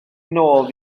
nôl